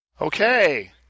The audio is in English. Okay